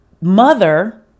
mother